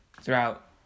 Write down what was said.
throughout